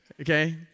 Okay